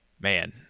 man